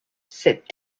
cette